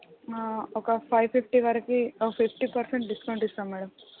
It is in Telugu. ఒక ఫైవ్ ఫిఫ్టీ వరకి ఒ ఫిఫ్టీ పర్సెంట్ డిస్కౌంట్ ఇస్తాం మేడం